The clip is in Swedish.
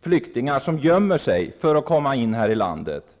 flyktingar som gömmer sig, för att komma in i landet.